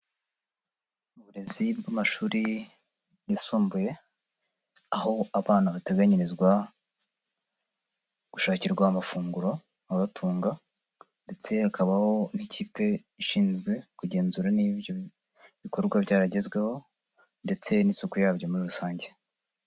Uburezi bw'amashuri yisumbuye, aho abana bateganyirizwa gushakirwa amafunguro, ababatunga ndetse hakabaho n'ikipe ishinzwe kugenzura niba ibyo bikorwa byagezweho ndetse n'isuku yabyo muri rusange.